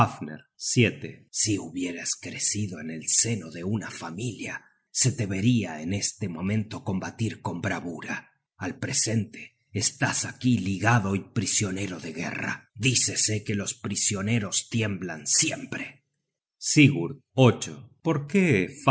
fafner si hubieras crecido en el seno de una familia te se veria en este momento combatir con bravura al presente estás aquí ligado y prisionero de guerra dícese que los prisioneros tiemblan siempre sigurd por qué